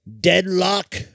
Deadlock